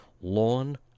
lawn